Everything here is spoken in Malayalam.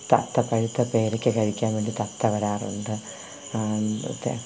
തത്ത പഴുത്ത പേരയ്ക്ക കഴിക്കാന്വേണ്ടി തത്ത വരാറുണ്ട് ഇതെ